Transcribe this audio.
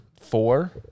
Four